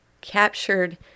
captured